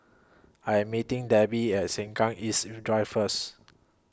I Am meeting Debby At Sengkang East Drive First